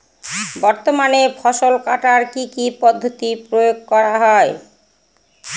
বর্তমানে ফসল কাটার কি কি পদ্ধতি প্রয়োগ করা হয়?